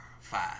Five